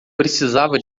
precisava